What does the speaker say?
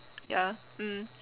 ya mm